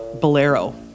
Bolero